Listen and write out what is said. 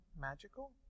magical